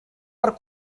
per